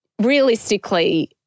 realistically